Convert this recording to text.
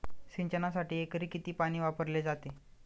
सिंचनासाठी एकरी किती पाणी वापरले जाते?